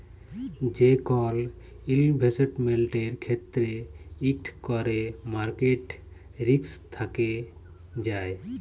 যে কল ইলভেসেটমেল্টের ক্ষেত্রে ইকট ক্যরে মার্কেট রিস্ক থ্যাকে যায়